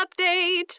update